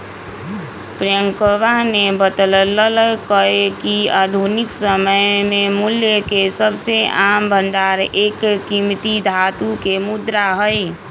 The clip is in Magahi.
प्रियंकवा ने बतल्ल कय कि आधुनिक समय में मूल्य के सबसे आम भंडार एक कीमती धातु के मुद्रा हई